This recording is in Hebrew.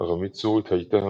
ארמית סורית הייתה,